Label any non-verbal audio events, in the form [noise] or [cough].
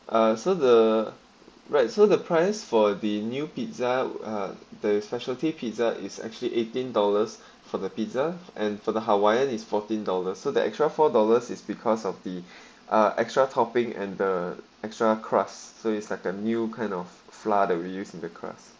uh so the right so the price for the new pizza uh the specialty pizza is actually eighteen dollars for the pizza and for the hawaiian is fourteen dollars so the extra four dollars is because of the [breath] uh extra topping and the extra crust so it's like a new kind of flour that we use in the crust